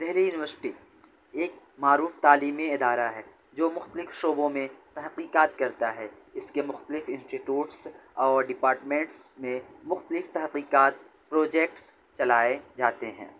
Delhi university ایک معروف تعلیمی ادارہ ہے جو مختلف شعبوں میں تحقیقات کرتا ہے اس کے مختلف انسٹیٹیوٹس اور ڈپارٹمنٹس میں مختلف تحقیقات پروجیکٹس چلائے جاتے ہیں